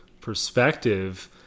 perspective